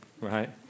right